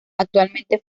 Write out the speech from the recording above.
actualmente